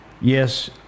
yes